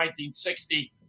1960